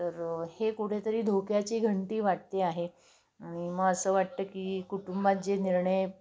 तर हे कुठेतरी धोक्याची घंटी वाटते आहे आणि मग असं वाटतं की कुटुंबात जे निर्णय